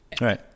right